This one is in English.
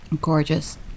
Gorgeous